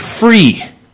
free